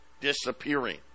disappearing